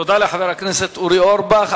תודה לחבר הכנסת אורי אורבך.